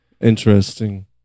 Interesting